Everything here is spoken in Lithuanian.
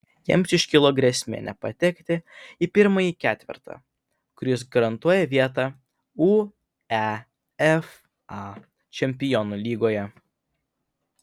jiems iškilo grėsmė nepatekti į pirmąjį ketvertą kuris garantuoja vietą uefa čempionų lygoje